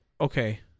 okay